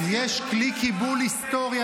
יש כלי קיבול היסטורי.